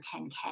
10K